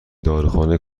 داروخانه